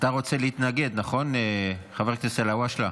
אתה רוצה להתנגד, נכון, חבר הכנסת אלהואשלה?